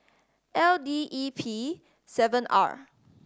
L D E P seven R